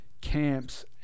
camps